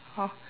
!huh!